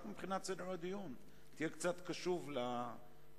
רק מבחינת סדר הדיון, תהיה קצת קשוב לפינג-פונג.